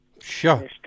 Sure